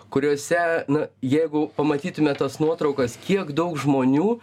kuriuose na jeigu pamatytume tas nuotraukas kiek daug žmonių